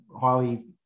highly